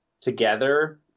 together